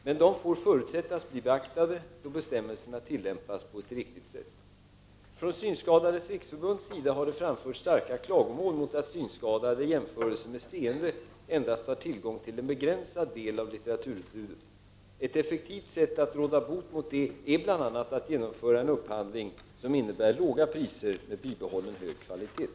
Men dessa får förutsättas bli beaktade, då bestämmelserna tillämpas på ett riktigt sätt. Från Synskadades riksförbunds sida har det framförts starka klagomål mot att synskadade i jämförelse med seende har tillgång till endast en begränsad del av litteraturutbudet. Ett effektivt sätt att råda bot mot detta är bl.a. att genomföra en upphandling som innebär låga priser med bibehållen hög kvalitet.